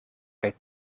kaj